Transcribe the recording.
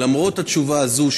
למרות התשובה הזו,